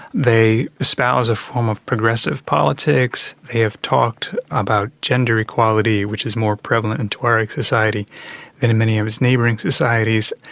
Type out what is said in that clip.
they espouse a form of progressive politics, they have talked about gender equality, which is more prevalent in tuareg society than in many of its neighbouring societies,